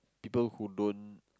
people who don't